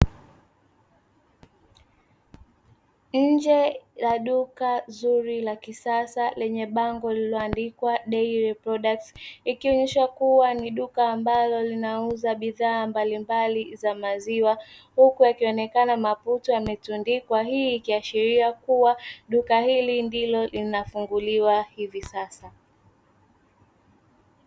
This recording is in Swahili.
Nje ya duka zuri la kisasa lenye bango lililoandikwa daire prodakti, ikionyesha kuwa ni duka ambalo linauza bidhaa mbalimbali za maziwa huku yakionekana matupo yametundikwa, hii inaashiria kuwa duka hili ndilo linafunguliwa sasa.